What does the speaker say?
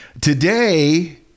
Today